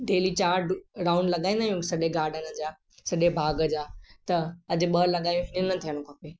daily चार round लॻाईंदा आहियूं सॼे गार्डन जा सॼे बाग़ जा त अॼु ॿ लगायो ईअं न थियणु खपे